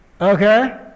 okay